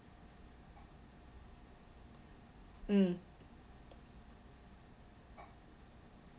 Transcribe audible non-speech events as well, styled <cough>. mm <noise>